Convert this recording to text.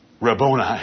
Rabboni